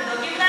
שדואגים,